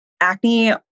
acne